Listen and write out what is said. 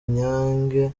nyange